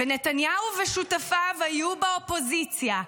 ונתניהו ושותפיו היו באופוזיציה,